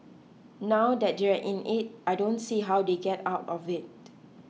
now that they're in it I don't see how they get out of it